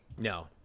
No